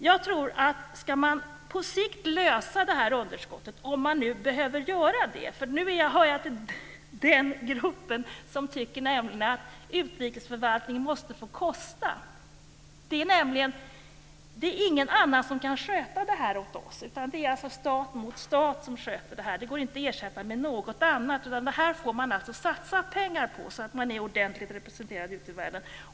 Det finns olika vägar att gå om man på sikt ska komma till rätta med det här underskottet - om man nu behöver göra det. Jag hör nämligen till den grupp som tycker att utrikesförvaltningen måste få kosta. Det är ingen annan som kan sköta det här åt oss. Det är stat mot stat som sköter detta. Det går inte att ersätta med något annat. Det här får man satsa pengar på, så att man är ordentlig representerad ute i världen.